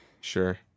Sure